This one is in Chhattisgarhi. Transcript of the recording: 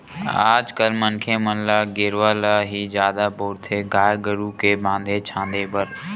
आज कल मनखे मन ल गेरवा ल ही जादा बउरथे गाय गरु के बांधे छांदे बर